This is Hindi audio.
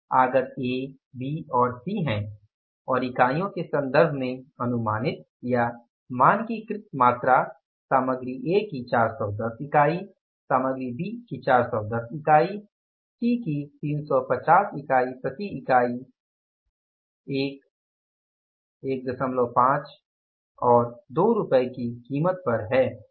आगत ए बी और सी हैं और इकाईयों के संदर्भ में अनुमानित या मानकीकृत मात्रा सामग्री ए की 410 इकाई सामग्री बी की 410 इकाई C की 350 इकाई प्रति इकाई 1 15 और 2 रुपये की कीमत पर है